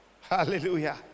hallelujah